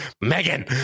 Megan